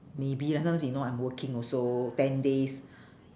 maybe lah sometimes you know I'm working also ten days